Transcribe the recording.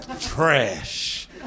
Trash